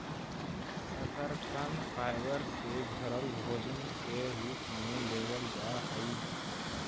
शकरकन फाइबर से भरल भोजन के रूप में लेबल जा हई